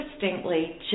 distinctly